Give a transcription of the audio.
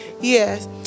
Yes